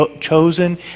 chosen